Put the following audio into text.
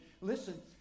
listen